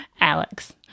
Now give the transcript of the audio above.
Alex